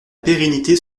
pérennité